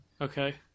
Okay